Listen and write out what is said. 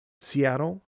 Seattle